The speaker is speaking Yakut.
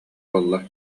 буолла